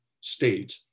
state